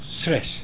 stress